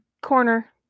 Corner